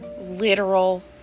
literal